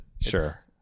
sure